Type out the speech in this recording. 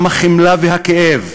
עם החמלה והכאב.